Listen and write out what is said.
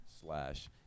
slash